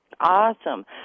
Awesome